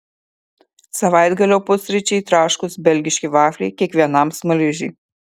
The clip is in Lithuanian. savaitgalio pusryčiai traškūs belgiški vafliai kiekvienam smaližiui